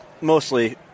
Mostly